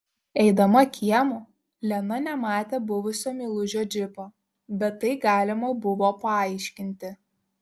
eidama kiemu lena nematė buvusio meilužio džipo bet tai galima buvo paaiškinti